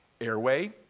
airway